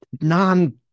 non